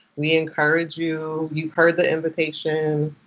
we encourage you. you heard the invitation.